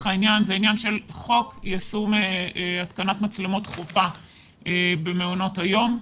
העניין זה עניין של חוק יישום התקנת מצלמות חובה במעונות היום.